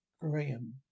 Graham